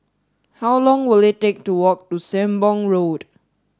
how long will it take to walk to Sembong Road